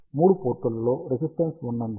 మూడు పోర్టులలో రెసిస్టెన్స్ ఉన్నందున